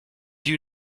you